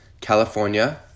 California